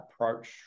approach